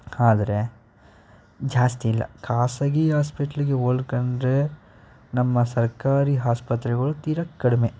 ಆದರೆ ಜಾಸ್ತಿಯಿಲ್ಲ ಖಾಸಗಿ ಹಾಸ್ಪಿಟ್ಲಿಗೆ ಹೋಲ್ಸ್ಕಂಡ್ರೆ ನಮ್ಮ ಸರ್ಕಾರಿ ಆಸ್ಪತ್ರೆಗಳು ತೀರಾ ಕಡಿಮೆ